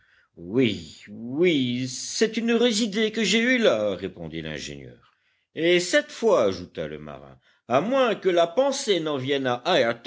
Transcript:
oui oui c'est une heureuse idée que j'ai eue là répondit l'ingénieur et cette fois ajouta le marin à moins que la pensée n'en vienne à